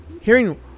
hearing